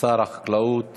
שר החקלאות